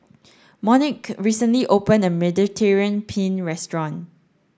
Monique recently opened a Mediterranean Penne restaurant